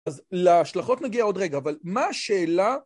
אז להשלכות נגיע עוד רגע, אבל מה השאלה...